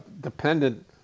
dependent